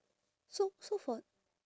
so so for